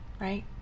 right